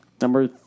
Number